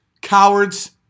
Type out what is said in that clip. Cowards